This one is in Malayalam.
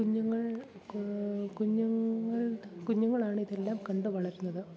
കുഞ്ഞുങ്ങൾ കുഞ്ഞുങ്ങൾ കുഞ്ഞുങ്ങളാണ് ഇതെല്ലാം കണ്ടുവളരുന്നത്